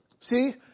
See